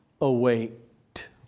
await